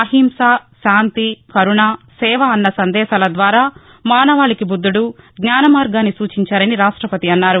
అహింసా శాంతి కరుణ సేవా అన్న సందేశాల ద్వారా మానవాళికి బుద్దుడు జ్ఞాన మార్గాన్ని సూచించారని రాష్టపతి అన్నారు